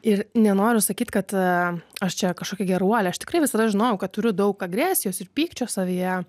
ir nenoriu sakyt kad aš čia kažkokia geruolė aš tikrai visada žinojau kad turiu daug agresijos ir pykčio savyje